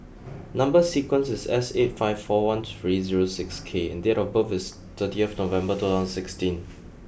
number sequence is S eight five four one three zero six K and date of birth is thirty of November two thousand sixteen